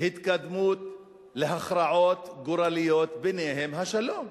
התקדמות להכרעות גורליות, וביניהן השלום.